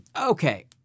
Okay